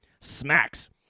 smacks